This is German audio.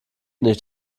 nicht